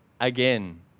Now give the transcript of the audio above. again